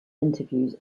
interviews